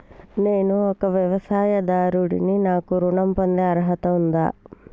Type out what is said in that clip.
నేను ఒక వ్యవసాయదారుడిని నాకు ఋణం పొందే అర్హత ఉందా?